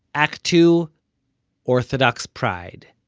act two orthodox pride.